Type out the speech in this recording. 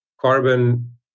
carbon